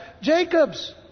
Jacob's